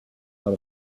out